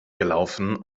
gelaufen